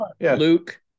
Luke